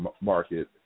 market